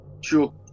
sure